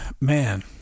man